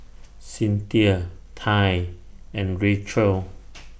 Cynthia Tai and Rachelle